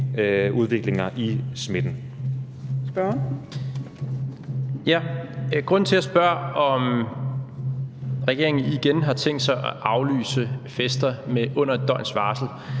Jarlov (KF): Grunden til, at jeg spørger, om regeringen igen har tænkt sig at aflyse fester med under et døgns varsel,